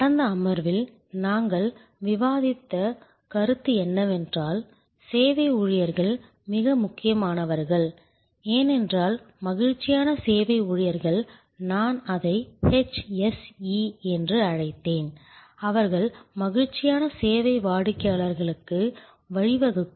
கடந்த அமர்வில் நாங்கள் விவாதித்த கருத்து என்னவென்றால் சேவை ஊழியர்கள் மிக முக்கியமானவர்கள் ஏனென்றால் மகிழ்ச்சியான சேவை ஊழியர்கள் நான் அதை HSE என்று அழைத்தேன் அவர்கள் மகிழ்ச்சியான சேவை வாடிக்கையாளர்களுக்கு வழிவகுக்கும்